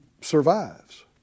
survives